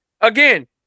again